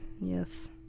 yes